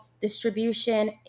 distribution